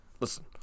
listen